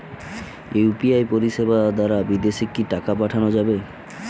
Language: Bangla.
ইউ.পি.আই পরিষেবা দারা বিদেশে কি টাকা পাঠানো যাবে?